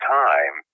time